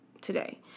today